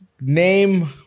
Name